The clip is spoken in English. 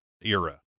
era